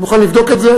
אני מוכן לבדוק את זה.